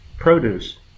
Produce